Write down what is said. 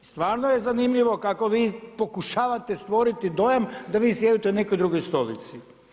Stvarno je zanimljivo kako vi pokušavate stvoriti dojam da vi sjedite na nekoj drugoj stolici.